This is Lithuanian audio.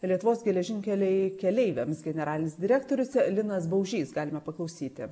lietuvos geležinkeliai keleiviams generalinis direktorius linas baužys galime paklausyti